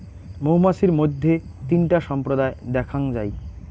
মৌমাছির মইধ্যে তিনটা সম্প্রদায় দ্যাখাঙ যাই